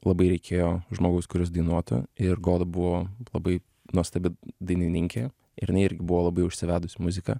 labai reikėjo žmogaus kuris dainuotų ir goda buvo labai nuostabi dainininkė ir jinai irgi buvo labai užsivedusi muzika